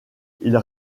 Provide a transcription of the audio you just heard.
ils